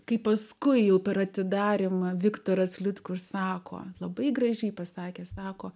kai paskui jau per atidarymą viktoras liutkus sako labai gražiai pasakė sako